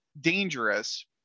dangerous